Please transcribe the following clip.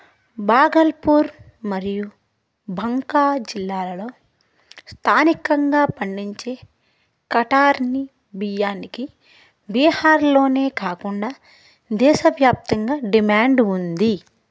భాగల్పూర్ మరియు బంకా జిల్లాలలో స్థానికంగా పండించే కఠారిని బియ్యానికి బీహార్లోనే కాకుండా దేశవ్యాప్తంగా డిమాండ్ ఉంది